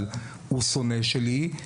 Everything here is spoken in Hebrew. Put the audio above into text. אבל הוא שונא שלי,